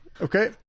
Okay